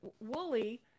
Wooly